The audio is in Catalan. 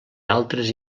altres